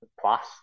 plus